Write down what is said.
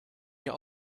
ihr